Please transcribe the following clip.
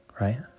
right